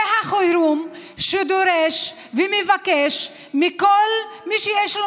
זה החירום שדורש ומבקש מכל מי שיש לו